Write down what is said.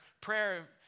prayer